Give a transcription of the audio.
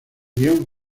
guion